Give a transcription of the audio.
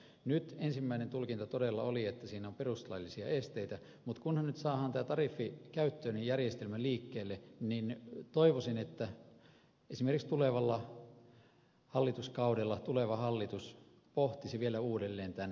nyt ensimmäinen tulkinta todella oli että siinä on perustuslaillisia esteitä mutta kunhan nyt saadaan tämä tariffikäyttöinen järjestelmä liikkeelle niin toivoisin että esimerkiksi tulevalla hallituskaudella tuleva hallitus pohtisi vielä uudelleen tämän